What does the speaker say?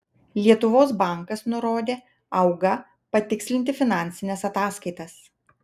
lietuvos bankas nurodė auga patikslinti finansines ataskaitas